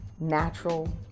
natural